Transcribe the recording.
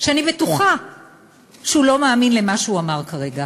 שאני בטוחה שהוא לא מאמין למה שהוא אמר כרגע